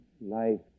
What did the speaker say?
life